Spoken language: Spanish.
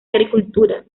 agricultura